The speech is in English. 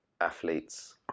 athletes